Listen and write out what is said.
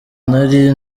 nari